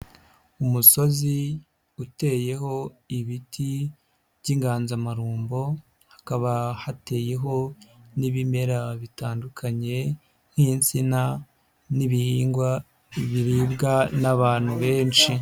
Umusozi uteyeho ibiti by'inganzamarumbo, hakaba hateyeho n'ibimera bitandukanye nk'insina n'ibihingwa biribwa n'abantu benshi.